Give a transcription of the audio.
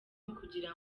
ukugira